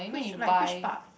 which like which part